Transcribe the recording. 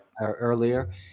earlier